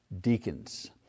deacons